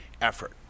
effort